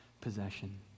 possession